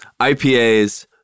IPAs